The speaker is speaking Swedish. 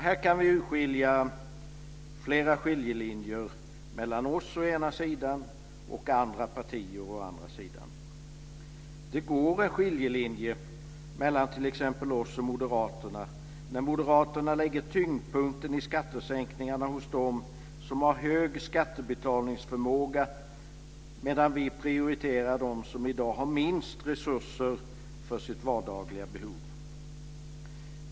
Här kan vi urskilja flera skiljelinjer mellan oss å ena sidan och andra partier å andra sidan. Det går en skiljelinje mellan t.ex. oss och Moderaterna. Moderaterna lägger tyngdpunkten i skattesänkningarna hos dem som har hög skattebetalningsförmåga medan vi prioriterar dem som i dag har minst resurser för sitt vardagliga behov.